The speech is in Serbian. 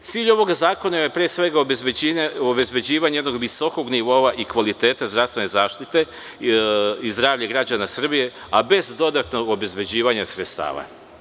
Cilj ovoga zakona je pre svega obezbeđivanje jednog visokog nivoa i kvaliteta zdravstvene zaštite i zdravlja građana Srbije, a bez dodatnog obezbeđivanja sredstava.